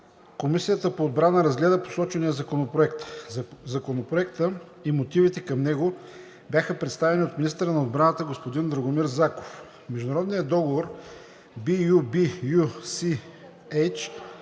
Комисията по отбрана разгледа посочения законопроект. Законопроектът и мотивите към него бяха представени от министъра на отбраната господин Драгомир Заков. Международният договор (LOA)